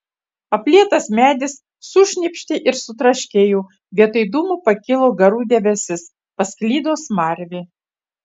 aplietas medis sušnypštė ir sutraškėjo vietoj dūmų pakilo garų debesis pasklido smarvė